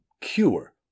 cure